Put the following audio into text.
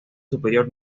superior